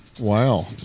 Wow